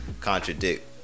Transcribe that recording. Contradict